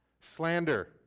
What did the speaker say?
slander